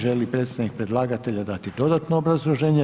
Želi li predstavnik predlagatelja dati dodatno obrazloženje?